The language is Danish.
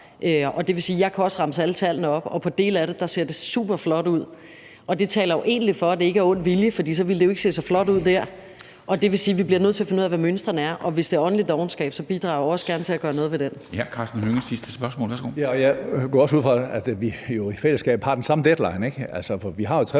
ud af, hvad svaret er. Jeg kan også remse alle tallene op, og på nogle af delene ser det superflot ud, og det taler jo egentlig for, at det ikke er af ond vilje, for så ville det jo ikke se så flot ud dér. Og det vil sige, at vi bliver nødt til at finde ud af, hvad mønstrene er, og hvis det er åndelig dovenskab, bidrager jeg jo også gerne til at gøre noget ved den. Kl. 13:50 Formanden (Henrik Dam Kristensen): Hr. Karsten Hønge for sit sidste spørgsmål. Værsgo. Kl. 13:50 Karsten Hønge (SF): Jeg går jo også ud fra, at vi i fællesskab har den samme deadline, ikke? For vi har jo